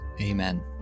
amen